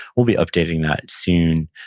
we'll be updating that soon.